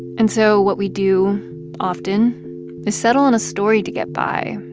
and so what we do often is settle on a story to get by.